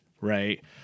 Right